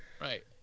Right